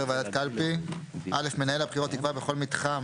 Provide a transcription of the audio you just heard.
ועדת קלפי 32ב. (א) מנהל הבחירות יקבע בכל מתחם